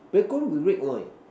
bacon with red wine